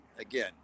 again